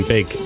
Big